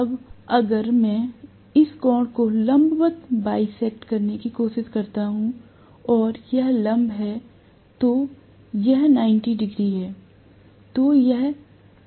अब अगर मैं इस कोण को लंबरूप बाइसेक्ट करने की कोशिश करता हूं और यह लंब है तो यह 90 डिग्री है